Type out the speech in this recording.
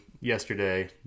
yesterday